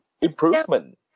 improvement